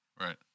Right